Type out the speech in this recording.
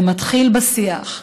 זה מתחיל בשיח,